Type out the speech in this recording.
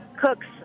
cooks